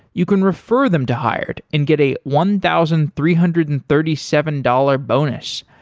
you can refer them to hired and get a one thousand three hundred and thirty seven dollars bonus.